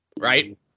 right